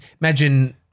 imagine